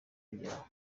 kugeraho